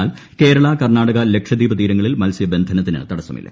എന്നാൽ കേരള കർണാടക ലക്ഷദ്വീപ് തീരങ്ങളിൽ മത്സ്യബന്ധന്ത്തിന് തടസ്സമില്ല